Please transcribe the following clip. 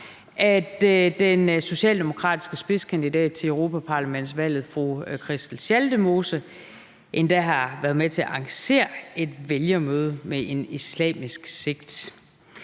at den socialdemokratiske spidskandidat til Europa-Parlamentsvalget, fru Christel Schaldemose, endda har været med til at arrangere et vælgermøde med en islamisk sekt.